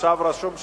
עכשיו רשום שלא,